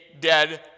dead